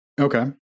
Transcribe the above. Okay